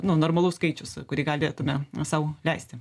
nu normalus skaičius kurį galėtumėme sau leisti